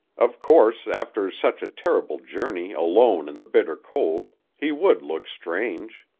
of course, after such a terrible journey alone in the bitter cold, he would look strange.